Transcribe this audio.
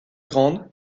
grande